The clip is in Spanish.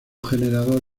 generador